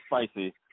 Spicy